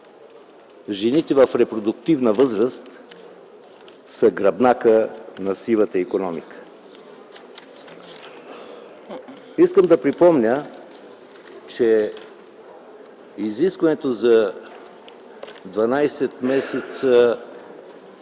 жените в репродуктивна възраст са гръбнакът на сивата икономика?! Искам да припомня, че изискването за 12 месеца